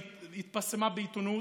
בעיתונות,